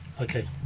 Okay